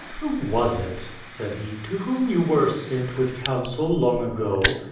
who was it, said he, to whom you were sent with counsel long ago?